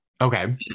Okay